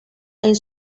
hain